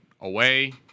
away